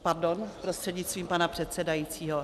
Pardon, prostřednictvím pana předsedajícího.